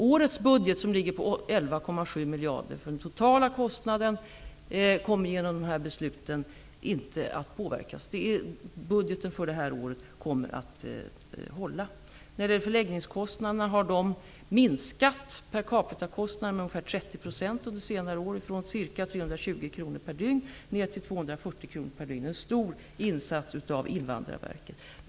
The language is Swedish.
Årets budget, som ligger på 11,7 miljarder kronor för den totala kostnaden, kommer inte att påverkas genom dessa beslut. Budgeten för det här året kommer att hålla. Förläggningskostnaderna har minskat per capita med ungefär 30 % under senare år, från ca 320 kr. per dygn till 240 kr. per dygn. Det har skett genom en stor insats av Invandrarverket.